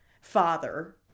father